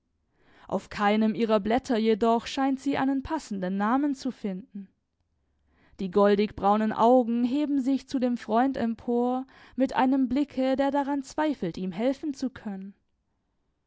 auf keinem ihrer blätter jedoch scheint sie einen passenden namen zu finden die goldigbraunen augen heben sich zu dem freund empor mit einem blicke der daran zweifelt ihm helfen zu können